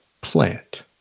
plant